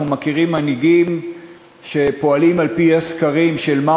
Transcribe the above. אנחנו מכירים מנהיגים שפועלים על-פי הסקרים של מה